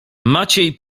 maciej